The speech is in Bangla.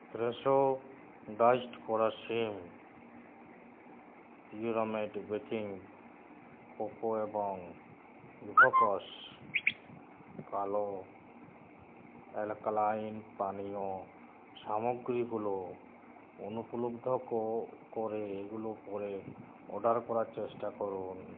ফ্রেশো ডাইসড করা শিম পিউরামেট বেকিং কোকো এবং ইভোকস কালো অ্যালকালাইন পানীয় সামগ্রীগুলো অনুপলব্ধ ক করে এগুলো পরে অর্ডার করার চেষ্টা করুন